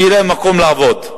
שיהיה להם מקום לעבוד.